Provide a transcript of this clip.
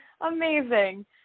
Amazing